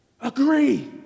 agree